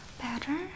better